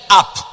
up